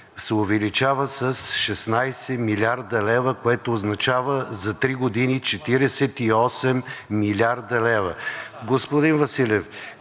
се увеличава с 16 млрд. лв., което означава за три години 48 млрд. лв.